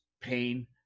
pain